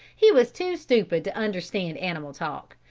he was too stupid to understand animal talk,